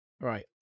right